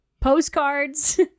postcards